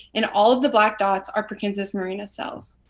and all of the black dots are perkinsus marinus cells.